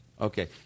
Okay